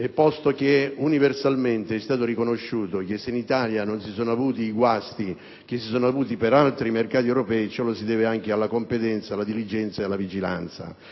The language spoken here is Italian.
posto che universalmente è stato riconosciuto che se in Italia non si sono avuti i guasti registrati in altri mercati europei, lo si deve anche alla competenza, alla diligenza alla vigilanza